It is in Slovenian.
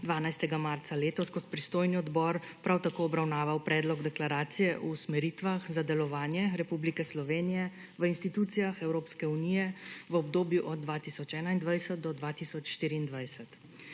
12. marca letos kot pristojni odbor prav tako obravnaval Predlog deklaracije o usmeritvah za delovanje Republike Slovenije v institucijah Evropske unije v obdobju 2021–2024.